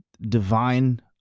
Divine